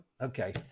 okay